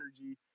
energy